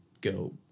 go